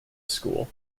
school